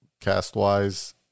cast-wise